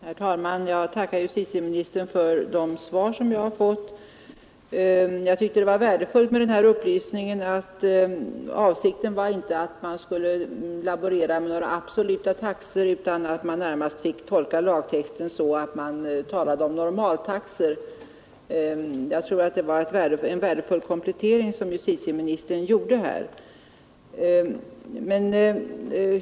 Fru talman! Jag tackar justitieministern för de svar som jag har fått. Jag tyckte att det var värdefullt med upplysningen att avsikten inte var att man skall laborera med några absoluta taxor utan att man närmast fick tolka lagtexten så att man talar om normaltaxor. Det var en värdefull komplettering som justitieministern gjorde.